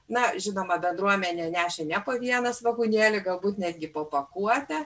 na žinoma bendruomenė nešė ne po vieną svogūnėlį galbūt netgi po pakuotę